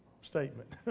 statement